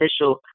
official